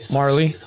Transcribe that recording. Marley